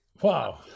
Wow